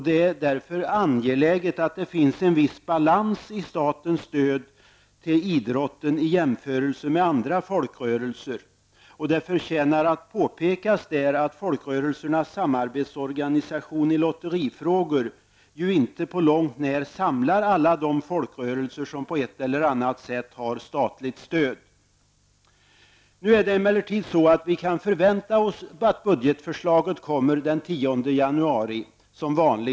Det är därför angeläget att det finns en viss balans i statens stöd till idrotten i jämförelse med andra folkrörelser. Det förtjänar att påpekas att folkrörelsernas samarbetsorganisation i lotterifrågor ju inte på långt när samlar alla de folkrörelser som på ett eller annat sätt har statligt stöd. Vi kan förvänta oss att budgetförslaget kommer som vanligt den 10 januari.